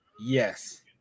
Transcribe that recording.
yes